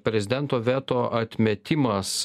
prezidento veto atmetimas